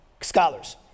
scholars